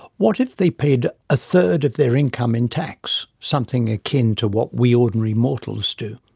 what if they paid a third of their income in tax? something akin to what we ordinary mortals do.